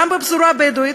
גם בפזורה הבדואית,